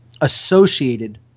associated